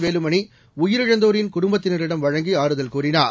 வேலுமணி உயிரிழந்தோரின் குடும்பத்தினரிடம் வழங்கி ஆறுதல் கூறினார்